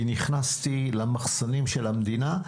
כי נכנסתי למחסנים של המדינה,